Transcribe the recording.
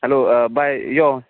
hello bye यो